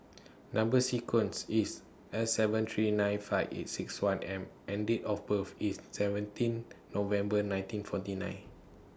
Number sequence IS S seven three nine five eight six one M and Date of birth IS seventeen November nineteen forty nine